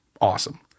awesome